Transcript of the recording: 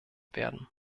werden